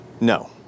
No